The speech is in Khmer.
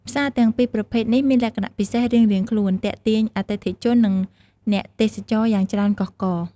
ផ្សារទាំងពីរប្រភេទនេះ មានលក្ខណៈពិសេសរៀងៗខ្លួន ទាក់ទាញអតិថិជន និងអ្នកទេសចរណ៍យ៉ាងច្រើនកុះករ។